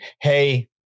Hey